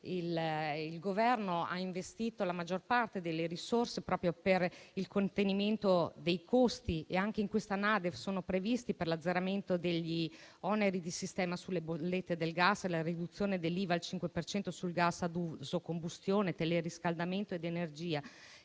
il Governo ha investito la maggior parte delle risorse per il contenimento dei costi e anche nella NADEF sono previste risorse per l'azzeramento degli oneri di sistema sulle bollette del gas e la riduzione dell'IVA al 5 per cento sul gas ad uso combustione, teleriscaldamento ed energia,